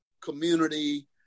community